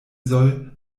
soll